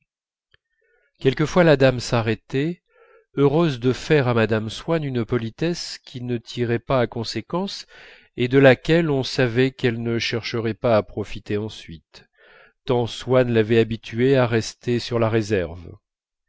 quelquefois la dame s'arrêtait heureuse de faire à mme swann une politesse qui ne tirait pas à conséquence et de laquelle on savait qu'elle ne chercherait pas à profiter ensuite tant swann l'avait habituée à rester sur la réserve